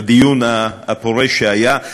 לדיון הפורה שהיה,